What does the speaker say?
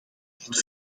dat